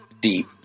deep